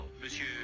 Monsieur